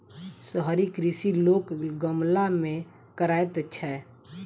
शहरी कृषि लोक गमला मे करैत छै